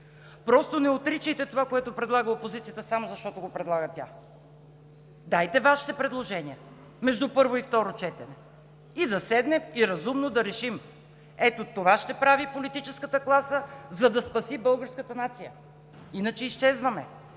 Не отричайте това, което предлага опозицията, само защото го предлага тя. Дайте Вашите предложения между първо и второ четене, да седнем и разумно да решим – ето това ще прави политическата класа, за да спаси българската нация. Иначе изчезваме!